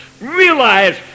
Realize